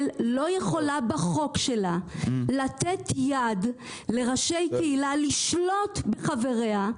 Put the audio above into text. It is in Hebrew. לא יכולה בחוק שלה לתת יד לראשי קהילה לשלוט בחבריה,